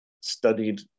studied